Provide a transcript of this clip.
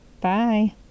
Bye